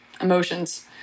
emotions